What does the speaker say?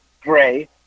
gray